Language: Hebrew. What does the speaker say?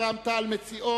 רחל אדטו,